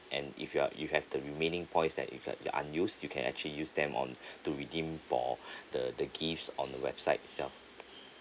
and if you are you have the remaining points that if uh unused you can actually use them on to redeem for the the gifs on the website itself